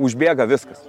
užbėga viskas